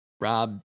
Rob